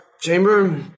chamber